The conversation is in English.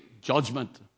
Judgment